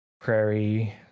prairie